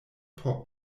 por